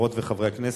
חברות וחברי הכנסת,